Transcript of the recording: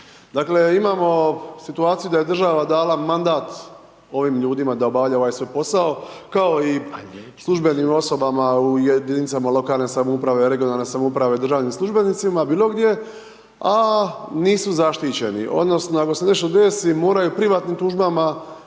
Dakle imamo situaciju da je država dala mandat ovim ljudima da obavljaju ovaj svoj posao kao i službenim osobama u jedinicama lokalne samouprave, regionalne samouprave, državnim službenicima, bilogdje a nisu zaštićeni odnosno ako se nešto desi, moraju privatnim tužbama